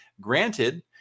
Granted